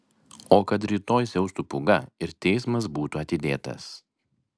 o kad rytoj siaustų pūga ir teismas būtų atidėtas